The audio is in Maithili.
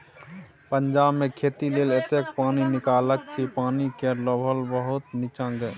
पंजाब मे खेती लेल एतेक पानि निकाललकै कि पानि केर लेभल बहुत नीच्चाँ चलि गेलै